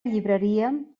llibreria